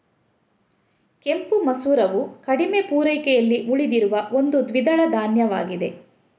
ಕೆಂಪು ಮಸೂರವು ಕಡಿಮೆ ಪೂರೈಕೆಯಲ್ಲಿ ಉಳಿದಿರುವ ಒಂದು ದ್ವಿದಳ ಧಾನ್ಯವಾಗಿದೆ